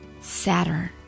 Saturn